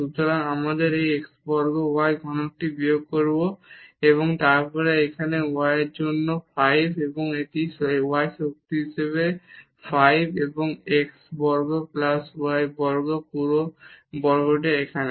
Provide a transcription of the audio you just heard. সুতরাং আমরা এই x বর্গ y ঘনকটি বিয়োগ করব এবং তারপরে এখানে y এর জন্য 5 এটি এখানে y শক্তি 5 এবং x বর্গ প্লাস y বর্গ পুরো বর্গটি এখানে